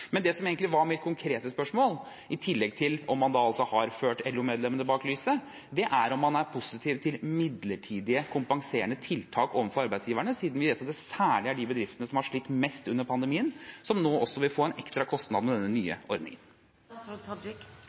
Det som egentlig var mitt konkrete spørsmål, i tillegg til om man da har ført LO-medlemmene bak lyset, er om man er positiv til midlertidige, kompenserende tiltak overfor arbeidsgiverne – siden vi vet at det særlig er de bedriftene som har slitt mest under pandemien, som nå også vil få en ekstra kostnad med denne nye